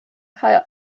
kaj